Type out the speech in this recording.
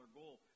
goal